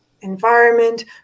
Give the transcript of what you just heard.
environment